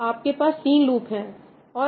आपके पास तीन लूप हैं और आप कहते हो cij aik bkj